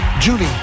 Julie